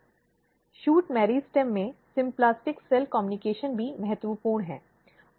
shoot meristem में symplastic cell communication भी महत्वपूर्ण है